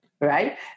right